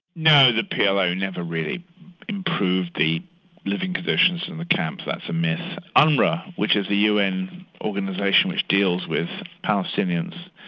no, the plo never really improved the living conditions in the camps that's a myth. unrwa, which is the un organistion which deals with palestinians,